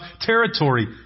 territory